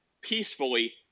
peacefully